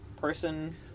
person